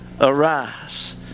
arise